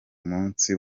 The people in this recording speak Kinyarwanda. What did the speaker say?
munsi